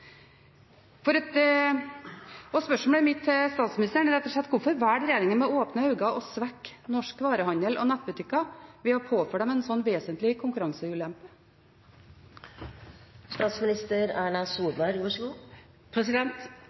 Mitt spørsmål til statsministeren er rett og slett: Hvorfor valgte regjeringen med åpne øyne å svekke norsk varehandel og norske nettbutikker ved å påføre dem en slik vesentlig